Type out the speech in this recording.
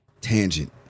tangent